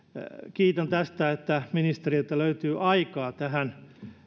kiitän tästä että ministeriltä löytyy aikaa tähän